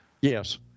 Yes